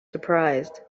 surprised